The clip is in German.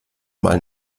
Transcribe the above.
mal